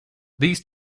these